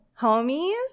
homies